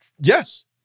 Yes